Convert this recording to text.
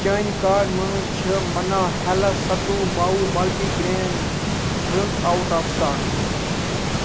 چانہِ کارڈ مَنٛز چھِ مَنا ہٮ۪لٕتھ ستوٗ ماووٗ multi grain drink out of stock